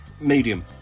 medium